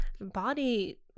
body